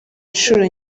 inshuro